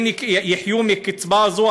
הן יחיו מקצבה זו,